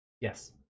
yes